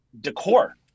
decor